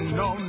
no